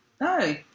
No